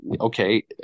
okay